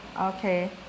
okay